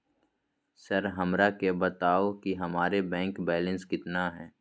Sir हमरा के बताओ कि हमारे बैंक बैलेंस कितना है?